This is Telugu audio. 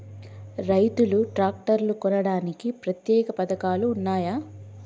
రైతులు ట్రాక్టర్లు కొనడానికి ప్రత్యేక పథకాలు ఉన్నయా?